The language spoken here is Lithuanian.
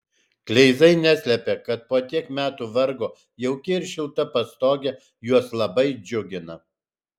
kleizai neslepia kad po tiek metų vargo jauki ir šilta pastogė juos labai džiugina